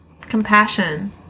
Compassion